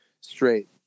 straight